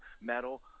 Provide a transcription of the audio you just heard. metal